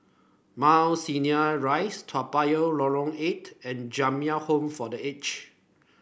Mount Sinai Rise Toa Payoh Lorong Eight and Jamiyah Home for The Aged